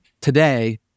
today